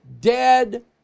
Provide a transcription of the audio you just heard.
dead